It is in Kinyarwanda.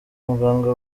muganga